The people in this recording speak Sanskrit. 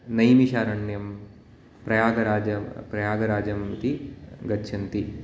नैमिषारण्यं प्रयागराजं प्रयागराजम् इति गच्छन्ति